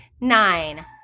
nine